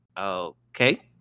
Okay